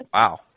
Wow